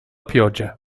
pioggia